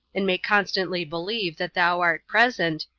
and may constantly believe that thou art present,